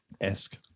esque